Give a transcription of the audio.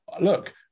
look